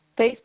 Facebook